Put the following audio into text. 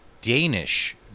Danish